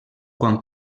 quan